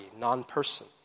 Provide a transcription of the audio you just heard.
non-person